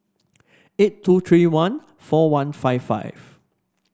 eight two three one four one five five